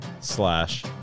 slash